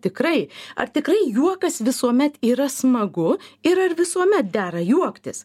tikrai ar tikrai juokas visuomet yra smagu ir ar visuomet dera juoktis